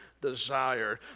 desired